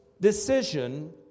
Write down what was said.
decision